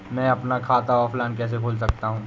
मैं अपना खाता ऑफलाइन कैसे खोल सकता हूँ?